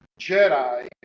Jedi